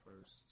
first